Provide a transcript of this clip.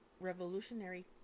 revolutionary